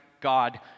God